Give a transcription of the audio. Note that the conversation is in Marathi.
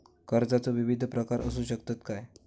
कर्जाचो विविध प्रकार असु शकतत काय?